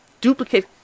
duplicate